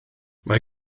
mae